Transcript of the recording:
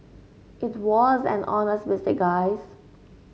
it was an honest mistake guys